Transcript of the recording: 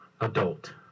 adult